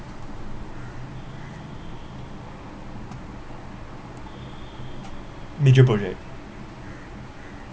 major project